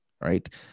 Right